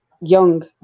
young